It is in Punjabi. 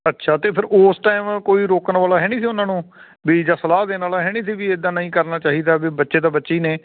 ਅੱਛਾ ਤਾਂ ਫਿਰ ਉਸ ਟਾਈਮ ਕੋਈ ਰੋਕਣ ਵਾਲਾ ਹੈ ਨਹੀਂ ਸੀ ਉਹਨਾਂ ਨੂੰ ਵੀ ਜਾਂ ਸਲਾਹ ਦੇਣ ਵਾਲਾ ਹੈ ਨਹੀਂ ਸੀ ਵੀ ਇੱਦਾਂ ਨਹੀਂ ਕਰਨਾ ਚਾਹੀਦਾ ਵੀ ਬੱਚੇ ਤਾਂ ਬੱਚੇ ਹੀ ਨੇ